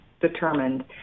determined